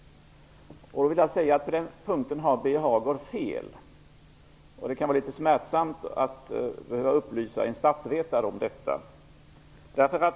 På den punkten har Birger Hagård fel. Det kan vara litet smärtsamt att behöva upplysa en statsvetare om detta.